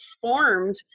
formed